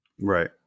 Right